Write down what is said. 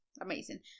Amazing